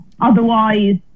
otherwise